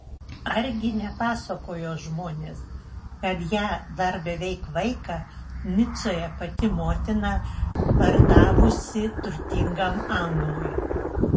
argi nepasakojo žmonės kad ją dar beveik vaiką nicoje pati motina pardavusi turtingam anglui